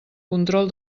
control